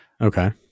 Okay